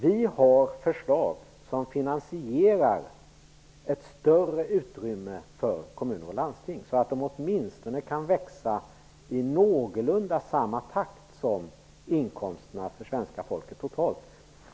Vi har förslag som finansierar ett större utrymme för kommuner och landsting, så att de åtminstone kan växa i någorlunda samma takt som inkomsterna för svenska folket totalt.